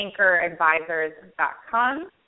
anchoradvisors.com